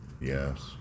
Yes